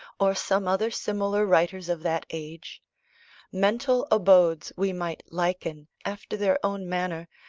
or some other similar writers of that age mental abodes, we might liken, after their own manner,